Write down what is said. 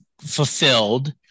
fulfilled